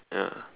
ya